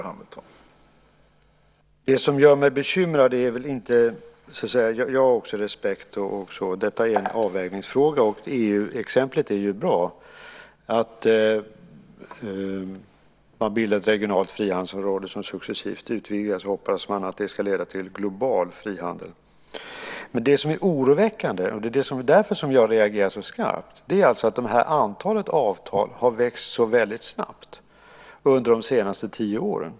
Herr talman! Jag har också respekt för andra. Detta är en avvägningsfråga. EU-exemplet är bra. Man bildar ett regionalt frihandelsområde som successivt utvidgas och hoppas att det ska leda till global frihandel. Men det som är oroväckande och gör att jag reagerar så skarpt är att antalet avtal har växt så väldigt snabbt under de senaste tio åren.